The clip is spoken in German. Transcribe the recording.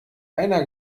einer